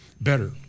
better